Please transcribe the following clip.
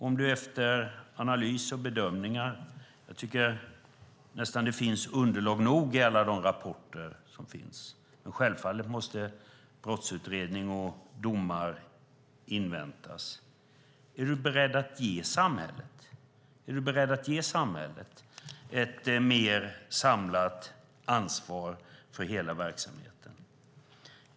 Är du efter analys och bedömningar - jag tycker nästan att det finns underlag nog i alla de rapporter som finns, men självfallet måste brottsutredning och domar inväntas - beredd att ge samhället ett mer samlat ansvar för hela verksamheten, Peter Norman?